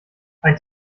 ein